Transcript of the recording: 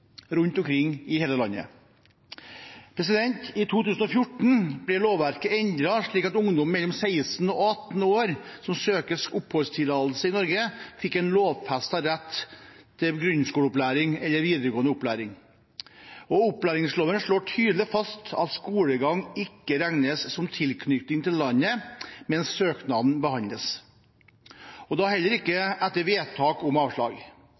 rundt omkring i hele landet. I 2014 ble lovverket endret, slik at ungdom mellom 16 og 18 år som søker oppholdstillatelse i Norge, da fikk en lovfestet rett til grunnskoleopplæring eller videregående opplæring. Opplæringsloven slår tydelig fast at skolegang ikke regnes som tilknytning til landet mens søknaden behandles, og heller ikke etter vedtak om avslag.